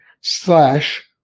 slash